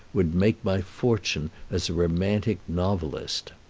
would make my fortune as a romantic novelist.